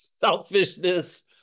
selfishness